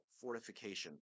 fortification